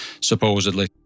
supposedly